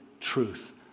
truth